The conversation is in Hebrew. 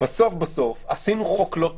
בסוף עשינו חוק לא טוב,